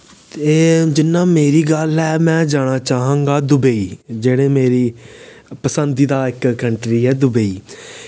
ते जिन्ना मेरी गल्ल ऐ मैं जाना चाह्गा दुबेई जेह्ड़े मेरी पसंदीदा इक कंट्री ऐ दुबेई